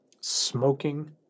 smoking